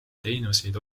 teenuseid